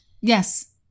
Yes